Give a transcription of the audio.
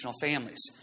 families